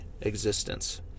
existence